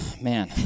man